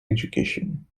education